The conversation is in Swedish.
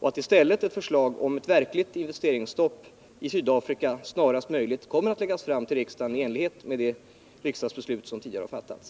och att i stället ett förslag om ett verkligt investeringsstopp i Sydafrika snarast möjligt kommer att läggas fram för riksdagen i enlighet med det riksdagsbeslut som tidigare fattats.